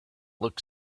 look